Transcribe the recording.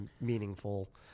meaningful